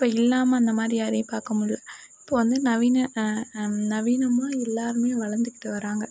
இப்போ இல்லாமல் அந்தமாதிரி யாரையும் பார்க்கமுல்ல இப்போ வந்து நவீன நவீனமாக எல்லாருமே வளர்ந்துக்குட்டு வராங்க